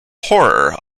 horror